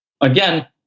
Again